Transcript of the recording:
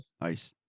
Nice